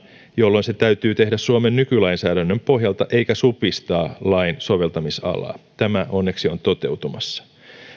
jolloin se täytyy tehdä suomen nykylainsäädännön pohjalta eikä supistaa lain soveltamisalaa tämä onneksi on toteutumassa